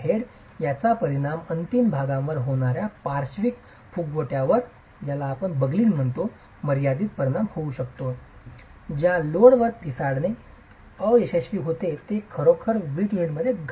तर याचा परिणाम अंतिम भारांवर होणार्या पार्श्विक फुगवटावर मर्यादीत परिणाम होऊ शकतो ज्या लोड वर पिसाळणे अयशस्वी होते ते खरोखर वीट युनिटमध्ये घडत आहे